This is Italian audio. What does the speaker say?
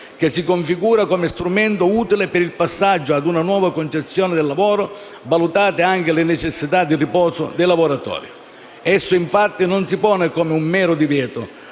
che si configura come strumento utile per il passaggio ad una nuova concezione del lavoro, valutate anche le necessità di riposo dei lavoratori. Esso, infatti, non si pone come un mero divieto: